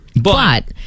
But-